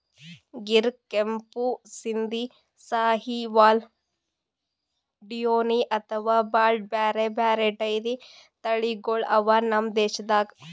ಗಿರ್, ಕೆಂಪು ಸಿಂಧಿ, ಸಾಹಿವಾಲ್, ಡಿಯೋನಿ ಅಂಥಾ ಭಾಳ್ ಬ್ಯಾರೆ ಬ್ಯಾರೆ ಡೈರಿ ತಳಿಗೊಳ್ ಅವಾ ನಮ್ ದೇಶದಾಗ್